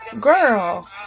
girl